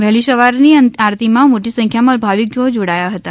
વહેલી સવારની આરતીમાં મોટી સંખ્યામાં ભાવિકો જોડાયા હતા